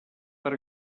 per